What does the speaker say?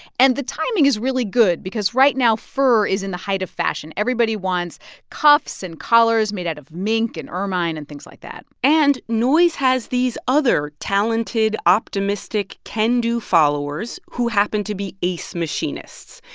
and the timing is really good because right now fur is in the height of fashion. everybody wants cuffs and collars made out of mink and ermine and things like that and noyes has these other talented, optimistic, can-do followers who happen to be ace machinists.